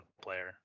player